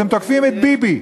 אתם תוקפים את ביבי,